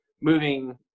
moving